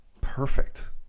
Perfect